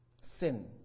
sin